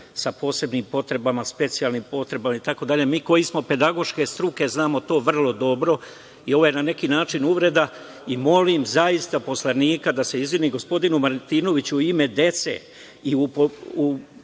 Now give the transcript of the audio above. sa posebnim potrebama, specijalnim potrebama itd. mi koji smo pedagoške struke znamo to vrlo dobro i ovo je na neki način uvreda. Molim zaista poslanika da se izvini gospodinu Martinoviću u ime dece.